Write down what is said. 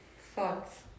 Thoughts